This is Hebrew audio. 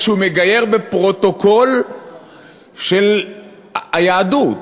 כשהוא מגייר בפרוטוקול של היהדות,